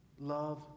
love